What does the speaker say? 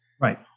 right